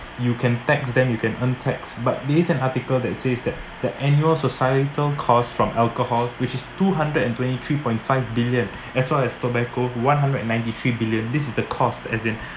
you can tax them you can untaxed but there is an article that says that the annual societal costs from alcohol which is two hundred and twenty-three point five billion as far as tobacco one hundred and ninety-three billion this is the cost as in